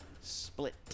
Split